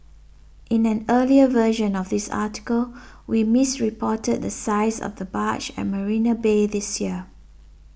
in an earlier version of this article we misreported the size of the barge at Marina Bay this year